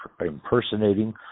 impersonating